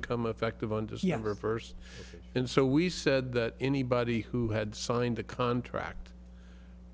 become effective and younger first and so we said that anybody who had signed the contract